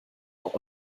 nur